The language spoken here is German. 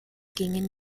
gingen